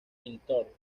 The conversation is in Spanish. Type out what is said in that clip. pintor